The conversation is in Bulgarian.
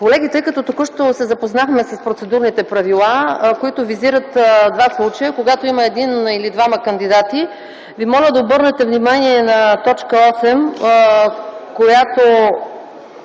Колеги, тъй като току-що се запознахме с процедурните правила, които визират два случая, когато има един или двама кандидати, ви моля да обърнете внимание на т. 8, която